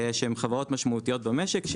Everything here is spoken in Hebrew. שהן חברות משמעותיות במשק,